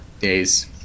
days